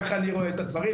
ככה אני רואה את הדברים.